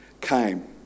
came